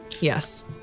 Yes